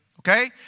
Okay